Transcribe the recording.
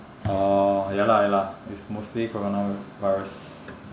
oh ya lah ya lah it's mostly coronavirus